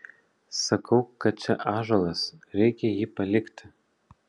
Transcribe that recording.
sakau kad čia ąžuolas reikia jį palikti